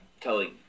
telling